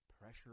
Pressure